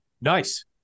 nice